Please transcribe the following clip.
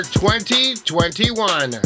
2021